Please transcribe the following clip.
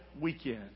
weekend